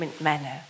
manner